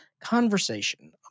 conversation